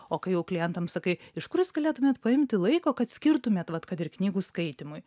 o kai jau klientams sakai iš kur jūs galėtumėt paimti laiko kad skirtumėt vat kad ir knygų skaitymui